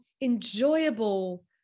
enjoyable